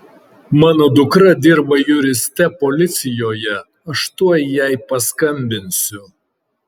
mano dukra dirba juriste policijoje aš tuoj jai paskambinsiu